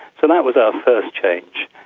so that was our first change.